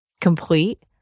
complete